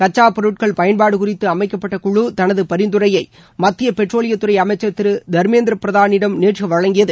கச்சாப் பொருட்கள் பயன்பாடு குறித்து அமைக்கப்பட்டக் குழு தனது பரிந்துரையை மத்தியப் பெட்ரோலியத்துறை அமைச்சர் திரு தர்மேந்திரப் பிரதானிடம் நேற்று வழங்கியது